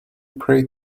pray